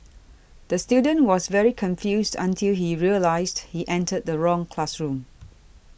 the student was very confused until he realised he entered the wrong classroom